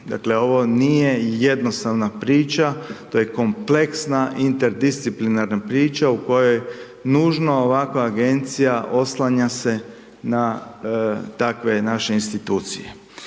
dakle ovo nije jednostavna priča, to je kompleksna interdisciplinarna priča u kojoj nužno ovakva agencija oslanja se na takve naše institucije.